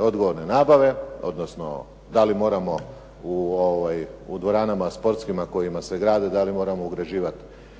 odgovorne nabave, odnosno da li moramo u dvoranama sportskima kojima se grade da li moramo ugrađivati